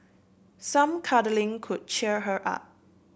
some cuddling could cheer her up